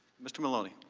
mr. maloney?